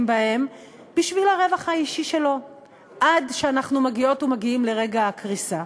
בהן בשביל הרווח האישי שלו עד שאנחנו מגיעות ומגיעים לרגע הקריסה.